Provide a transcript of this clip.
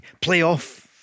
playoff